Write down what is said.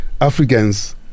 Africans